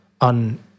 on